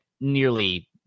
nearly